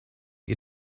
ihr